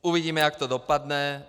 Uvidíme, jak to dopadne.